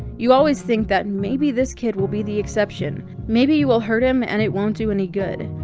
you always think that maybe this kid will be the exception, maybe you will hurt him and it won't do any good.